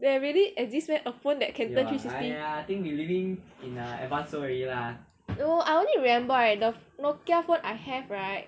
there really exist meh a phone that can turn three sixty no I only remember right the Nokia phone I have right